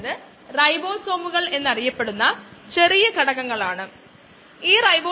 ഇത് വളരെയധികം മാറിയിട്ടില്ല പക്ഷേ ഇത് കുറച്ച് മാറി